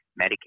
Medicaid